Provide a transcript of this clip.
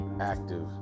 active